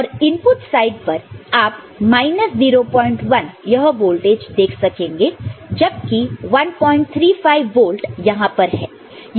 और input side पर आप 01 यह वोल्टेज देख सकेंगे जब कि 135 वोल्ट यहां पर है